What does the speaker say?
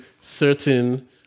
certain